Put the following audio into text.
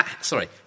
Sorry